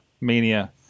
Mania